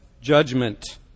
judgment